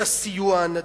את הסיוע הנדיב,